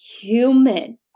human